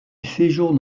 séjourne